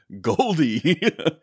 Goldie